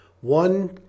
one